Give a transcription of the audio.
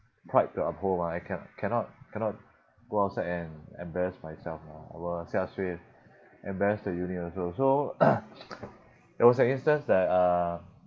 pride to uphold mah I can't cannot cannot go outside and embarrass myself mah I will xia suay embarrass the unit also so there was an instance that uh